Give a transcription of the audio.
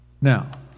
Now